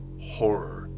horror